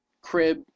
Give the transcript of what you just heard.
crib